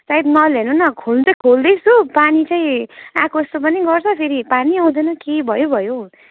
सायद नल हेर्नु न खोल्नु खोल्दै छु पानी चाहिँ आएको जस्तो पनि गर्छ फेरि पानी आउँदैन के भयो भयो हौ